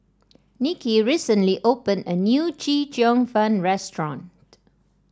Nicky recently opened a new Chee Cheong Fun restaurant